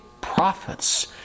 prophets